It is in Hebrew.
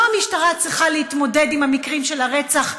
לא המשטרה צריכה להתמודד עם המקרים של הרצח,